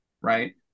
right